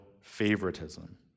favoritism